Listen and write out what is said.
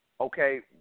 Okay